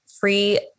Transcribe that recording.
free